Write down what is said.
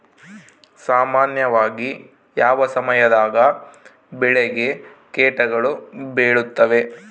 ಸಾಮಾನ್ಯವಾಗಿ ಯಾವ ಸಮಯದಾಗ ಬೆಳೆಗೆ ಕೇಟಗಳು ಬೇಳುತ್ತವೆ?